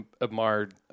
admired